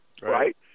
right